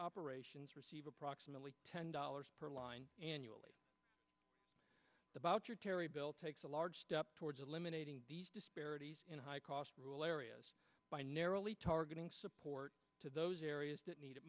operations receive approximately ten dollars per line annually about your terry bill takes a large step towards eliminating disparities in high cost rule areas by narrowly targeting support to those areas that need it